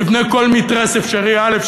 נבנה כל מתרס אפשרי, א.